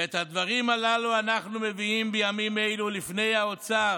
את הדברים הללו אנחנו מביאים בימים אלו לפני האוצר,